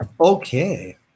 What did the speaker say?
Okay